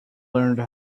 learned